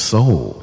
Soul